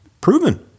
proven